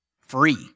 free